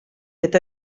fet